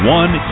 one